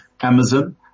Amazon